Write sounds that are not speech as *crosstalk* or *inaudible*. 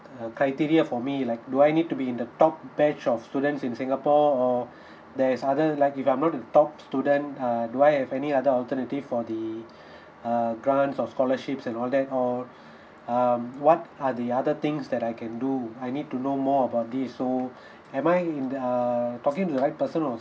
uh criteria for me like do I need to be in the top batch of students in singapore or *breath* there is other like if I'm not the top student uh do I have any other alternative for the *breath* err grants or scholarships and all that or *breath* um what are the other things that I can do I need to know more about this so *breath* am I in uh talking to the right person or